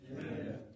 Amen